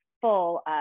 full